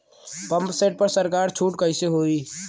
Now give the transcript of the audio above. Pump set पर सरकार छूट कईसे होई?